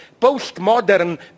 postmodern